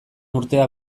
urtea